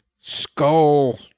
skull